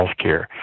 healthcare